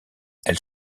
elle